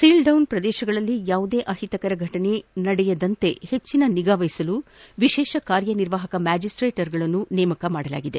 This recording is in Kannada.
ಒೕಲ್ಡ್ ಡೌನ್ ಪ್ರದೇಶಗಳಲ್ಲಿ ಯಾವುದೇ ಅಹಿತಕರ ಫೆಟನೆ ನಡೆಯದಂತೆ ಹೆಚ್ಚಿನ ನಿಗಾ ವಹಿಸಲು ವಿಶೇಷ ಕಾರ್ಯನಿರ್ವಾಪಕ ಮ್ಯಾಜಿಸ್ನೇಟ್ಗಳನ್ನು ನೇಮಕ ಮಾಡಲಾಗಿದೆ